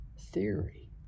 theory